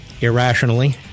irrationally